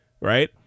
right